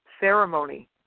ceremony